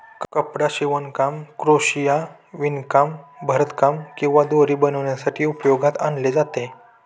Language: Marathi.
कपडा शिवणकाम, क्रोशिया, विणकाम, भरतकाम किंवा दोरी बनवण्यासाठी उपयोगात आणले जाते